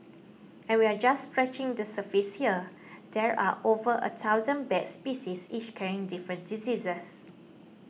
and we're just scratching the surface here there are over a thousand bat species each carrying different diseases